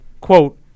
quote